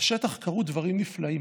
בשטח קרו דברים נפלאים.